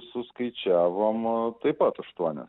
suskaičiavom taip pat aštuonias